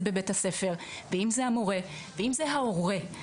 בבית הספר ואם זה המורה ואם זה ההורה,